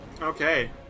Okay